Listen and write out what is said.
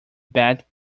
bet